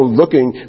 looking